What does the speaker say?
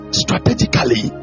strategically